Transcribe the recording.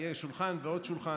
יהיה שולחן ועוד שולחן.